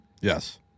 yes